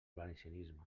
valencianisme